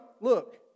look